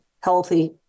healthy